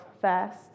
first